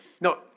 No